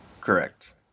Correct